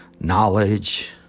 knowledge